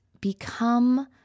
become